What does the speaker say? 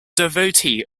devotee